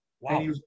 Wow